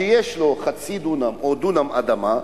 שיש לו חצי דונם או דונם אדמה,